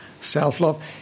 self-love